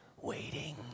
waiting